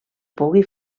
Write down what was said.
pugui